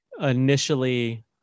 Initially